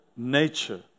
Nature